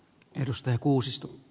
arvoisa puhemies